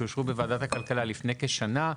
שאושרו בוועדת הכלכלה לפני כשנה,